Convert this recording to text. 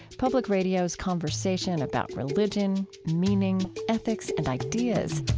public radio's conversation about religion, meaning, ethics, and ideas